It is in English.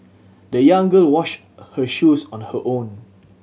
the young girl washed her shoes on her own